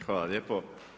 Hvala lijepo.